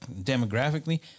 demographically